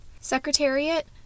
Secretariat